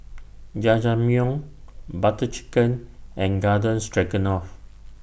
Jajangmyeon Butter Chicken and Garden Stroganoff